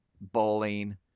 bowling